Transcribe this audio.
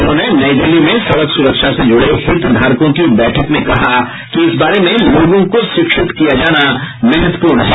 उन्होंने नई दिल्ली में सड़क सुरक्षा से जुड़े हितधारकों की बैठक में कहा कि इस बारे में लोगों को शिक्षित किया जाना महत्वपूर्ण है